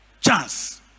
chance